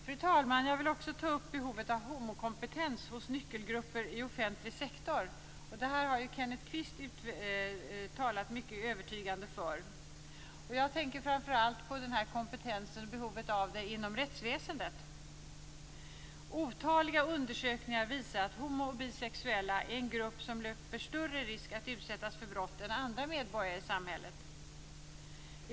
Fru talman! Jag vill också ta upp behovet av homokompetens hos nyckelgrupper inom offentlig sektor. Detta har Kenneth Kvist mycket övertygande talat för. Jag tänker framför allt på behovet av denna kompetens inom rättsväsendet. Otaliga undersökningar visar att homo och bisexuella är en grupp som löper större risk att utsättas för brott än vad andra medborgare i samhället gör.